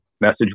message